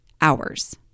hours